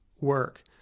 work